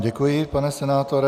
Děkuji vám, pane senátore.